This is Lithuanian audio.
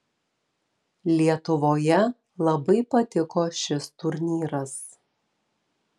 lietuvoje labai patiko šis turnyras